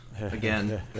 Again